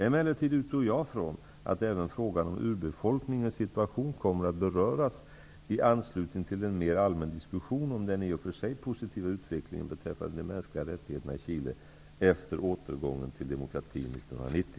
Emellertid utgår jag från att även frågan om urbefolkningens situation kommer att beröras i anslutning till en mer allmän diskussion om den i och för sig positiva utvecklingen beträffande de mänskliga rättigheterna i Chile efter återgången till demokrati